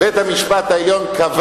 בית-המשפט העליון קבע